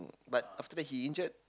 but after that he injured